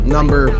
Number